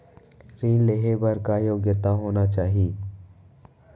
ऋण लेहे बर का योग्यता होना चाही?